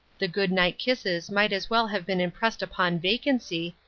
the good-night kisses might as well have been impressed upon vacancy,